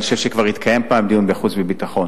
אני חושב שכבר התקיים פעם דיון בוועדת חוץ וביטחון.